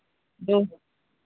दो